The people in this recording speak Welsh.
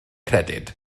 credyd